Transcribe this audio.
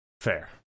fair